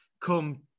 come